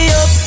up